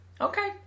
Okay